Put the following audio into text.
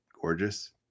Gorgeous